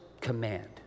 command